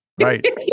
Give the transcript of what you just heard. Right